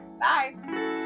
Bye